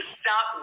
stop